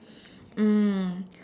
um